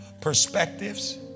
perspectives